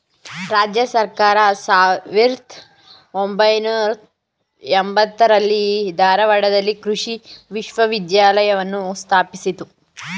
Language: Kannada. ರಾಜ್ಯ ಸರ್ಕಾರ ಸಾವಿರ್ದ ಒಂಬೈನೂರ ಎಂಬತ್ತಾರರಲ್ಲಿ ಧಾರವಾಡದಲ್ಲಿ ಕೃಷಿ ವಿಶ್ವವಿದ್ಯಾಲಯವನ್ನು ಸ್ಥಾಪಿಸಿತು